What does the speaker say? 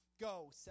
go